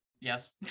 Yes